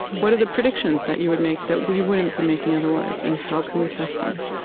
what are the predictions that you would make that we wouldn't be making otherwise? and how can we test them?